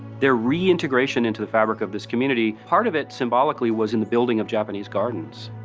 their reintegration into the fabric of this community, part of it symbolically, was in the building of japanese gardens